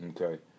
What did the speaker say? okay